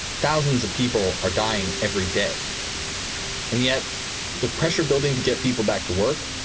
thousands of people are dying every day and yet with pressure building to get people back to work.